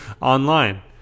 online